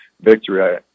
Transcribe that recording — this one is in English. victory